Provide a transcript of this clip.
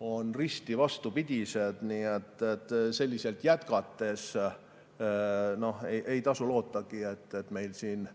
on vastupidised. Selliselt jätkates ei tasu lootagi, et meil siin